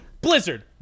Blizzard